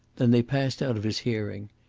then they passed out of his hearing.